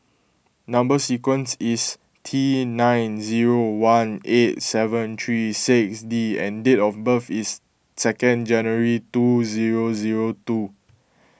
Number Sequence is T nine zero one eight seven three six D and date of birth is second January two zero zero two